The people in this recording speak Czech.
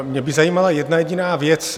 Mě by zajímala jedna jediná věc.